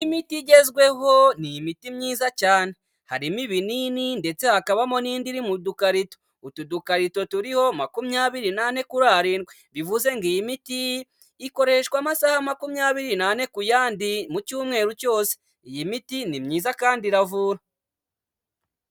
Imiti igezweho ni imiti myiza cyane, harimo ibinini ndetse hakabamo n'indi iri mu dukarito, utu dukarito turiho makumyabiri n'ane kuri arindwi, bivuze ngo iyi miti ikoreshwa amasaha makumyabiri n'ane ku yandi mu cyumweru cyose, iyi miti ni myiza kandi iravura.